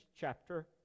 chapter